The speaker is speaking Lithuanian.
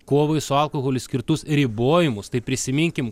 kovai su alkoholiu skirtus ribojimus tai prisiminkim